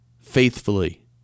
faithfully